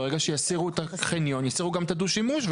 ברגע שיסירו את החניון יסירו גם את הדו-שימוש,